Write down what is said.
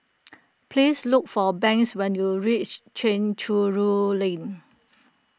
please look for Banks when you reach Chencharu Lane